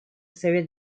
совет